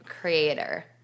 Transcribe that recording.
creator